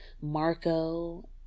Marco